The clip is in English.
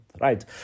right